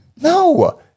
No